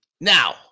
now